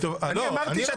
אמרתי.